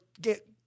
get